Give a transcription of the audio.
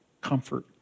comfort